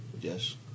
yes